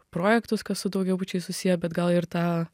projektus kas su daugiabučiais susiję bet gal ir tą